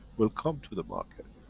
will come to the market.